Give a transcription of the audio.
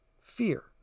fear